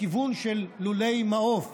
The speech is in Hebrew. לכיוון של לולי מעוף,